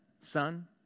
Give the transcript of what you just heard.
Son